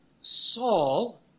Saul